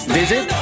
visit